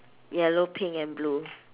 yellow pink and blue